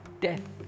death